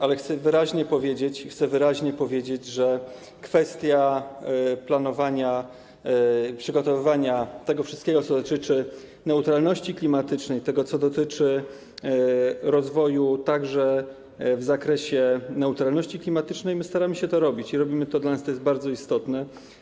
Ale chcę wyraźnie powiedzieć, że jeśli chodzi o kwestię planowania, przygotowywania tego wszystkiego, co dotyczy neutralności klimatycznej, tego, co dotyczy rozwoju także w zakresie neutralności klimatycznej, my staramy się to robić i robimy to, dla nas to jest bardzo istotne.